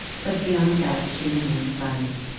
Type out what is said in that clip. but beyond that she remained silent.